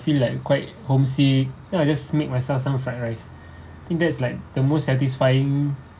feel like quite homesick then I'll just make myself some fried rice think that's like the most satisfying